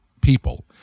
people